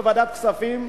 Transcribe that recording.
בוועדת הכספים,